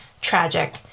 tragic